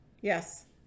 yes